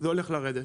זה הולך לרדת.